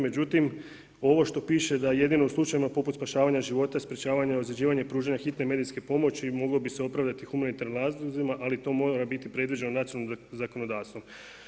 Međutim, ovo što piše da jedino u slučajevima poput spašavanja života, sprječavanja i ozljeđivanja i pružanja hitne medicinske pomoći moglo bi se opravdati humanitarnim razlozima ali to mora biti predviđeno nacionalnim zakonodavstvom.